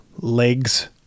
legs